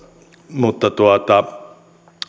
mutta